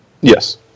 Yes